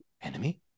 enemy